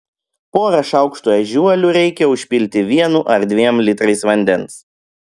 porą šaukštų ežiuolių reikia užpilti vienu ar dviem litrais vandens